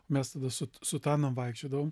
mes su sutanom vaikščiodavom